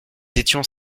étions